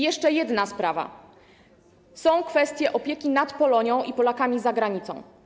Jeszcze jedna sprawa, kwestia opieki nad Polonią i Polakami za granicą.